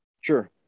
Sure